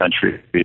country